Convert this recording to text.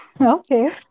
Okay